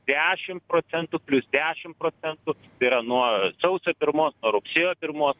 dešim procentų plius dešim procentų yra nuo sausio pirmos nuo rugsėjo pirmos